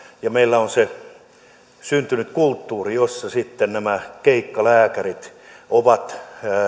ja meillä on syntynyt kulttuuri jossa nämä keikkalääkärit ovat